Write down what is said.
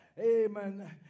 Amen